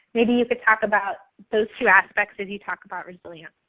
maybe you could talk about those two aspects as you talk about resilience.